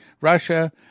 Russia